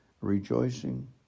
rejoicing